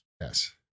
Yes